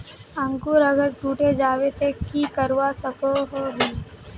अंकूर अगर टूटे जाबे ते की करवा सकोहो ही?